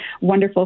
wonderful